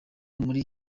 muri